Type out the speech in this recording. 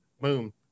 Boom